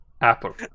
apple